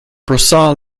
broussard